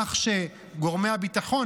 כך שגורמי הביטחון,